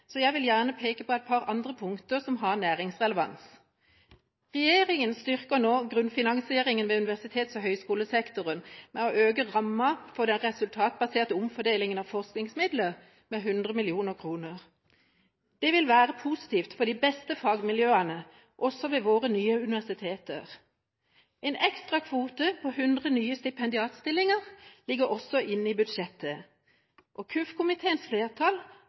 så jeg vil gjerne peke på et par andre punkter som har næringsrelevans. Regjeringa styrker nå grunnfinansieringen ved universitets- og høyskolesektoren ved å øke ramma for den resultatbaserte omfordelingen av forskningsmidler med 100 mill. kr. Det vil være positivt for de beste fagmiljøene, også ved våre nye universiteter. En ekstrakvote på 100 nye stipendiatstillinger ligger også inne i budsjettet. Kirke-, utdannings- og forskningskomiteens flertall